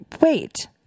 wait